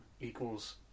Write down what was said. equals